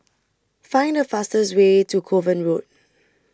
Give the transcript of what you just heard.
Find The fastest Way to Kovan Road